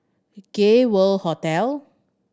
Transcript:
Gay World Hotel